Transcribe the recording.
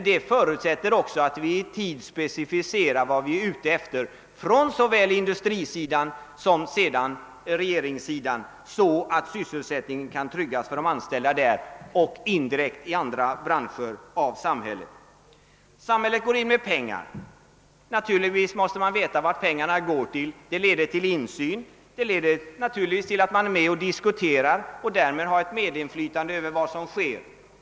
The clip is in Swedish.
Det förutsätter också att både industrin och regeringen specificerar vad de är ute efter så att sysselsättningen kan tryggas för de anställda i den branschen och därmed indirekt även i andra branscher. Samhället satsar pengar; naturligtvis måste det då veta vart pengarna går. Det leder till insyn, det leder naturligtvis till att man är med och diskuterar och därmed får medinflytande över vad som sker.